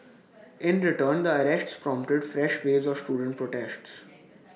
in return the arrests prompted fresh waves of student protests